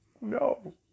No